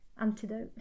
Antidote